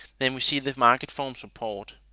then we see the market form support.